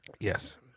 Yes